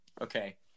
Okay